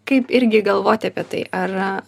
kaip irgi galvoti apie tai ar